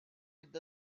with